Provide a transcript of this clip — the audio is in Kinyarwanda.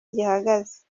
gihagaze